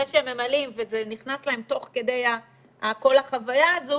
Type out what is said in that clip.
זה שהם ממלאים וזה נכנס להם תוך כדי החוויה הזו